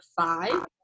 five